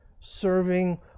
serving